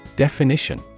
Definition